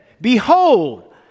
Behold